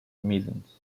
middens